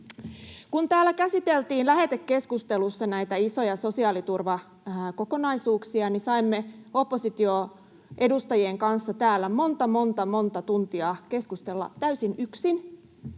Kun täällä käsiteltiin lähetekeskustelussa näitä isoja sosiaaliturvakokonaisuuksia, niin saimme oppositioedustajien kanssa täällä monta, monta, monta tuntia keskustella täysin yksin